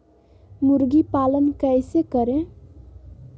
मुर्गी पालन कैसे करें?